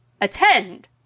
Attend